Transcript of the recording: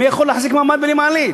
מי יכול להחזיק מעמד בלי מעלית?